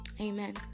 Amen